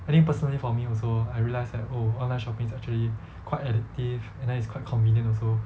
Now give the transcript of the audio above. I think personally for me also I realised that oh online shopping is actually quite addictive and then it's quite convenient also